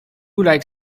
like